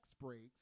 breaks